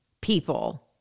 people